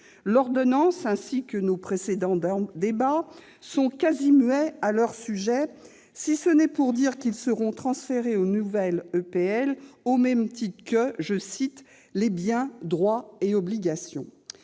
L'ordonnance, ainsi que nos précédents débats, est quasi muette à leur sujet, si ce n'est pour dire qu'ils seront transférés au nouvel EPL au même titre que les « biens, droits et obligations »